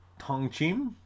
Tongchim